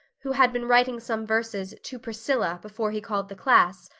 who had been writing some verses to priscilla before he called the class,